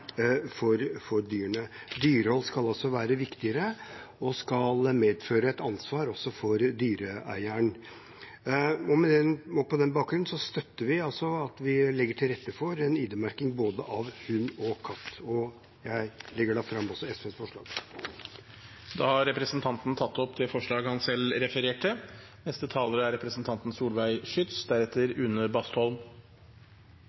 for dyrene. Dyrehold skal altså være viktigere og skal medføre et ansvar også for dyreeieren. På denne bakgrunn støtter vi altså at vi legger til rette for en ID-merking av både hund og katt. Jeg legger fram SVs forslag. Representanten Petter Eide har tatt opp det forslaget han refererte til. Dyr har egenverdi utover å være til nytte og glede for mennesker, og jeg er